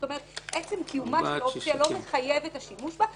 זאת אומרת עצם קיומה של האופציה לא מחייבת את השימוש בה,